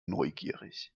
neugierig